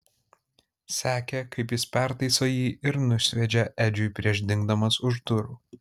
sekė kaip jis pertaiso jį ir nusviedžia edžiui prieš dingdamas už durų